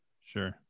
Sure